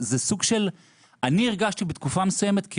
אני הרגשתי בתקופה מסוימת,